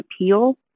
appeal